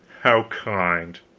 how kind!